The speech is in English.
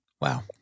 Wow